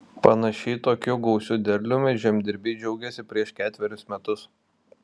panašiai tokiu gausiu derliumi žemdirbiai džiaugėsi prieš ketverius metus